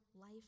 life